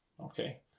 okay